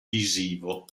visivo